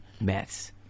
maths